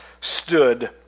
stood